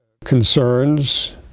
concerns